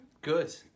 Good